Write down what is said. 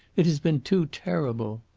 it has been too terrible.